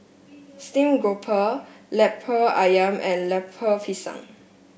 Steamed Grouper lemper ayam and Lemper Pisang